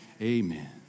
Amen